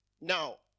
Now